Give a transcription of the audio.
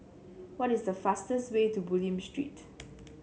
what is the fastest way to Bulim Street